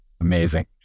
amazing